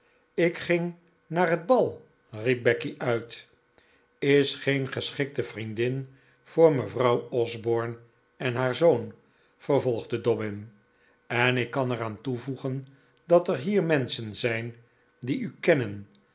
ik ging naar het bal riep becky uit is geen geschikte vriendin voor mevrouw osborne en haar zoon vervolgde dobbin en ik kan er aan toevoegen dat er hier menschen zijn die u kennen